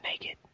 naked